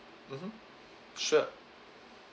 mmhmm sure